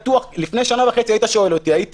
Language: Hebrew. לפני שנה וחצי אם היית שואל אותי הייתי